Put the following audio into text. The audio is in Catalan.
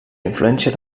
influència